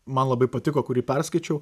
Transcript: man labai patiko kurį perskaičiau